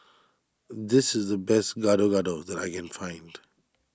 this is the best Gado Gado that I can find